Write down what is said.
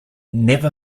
never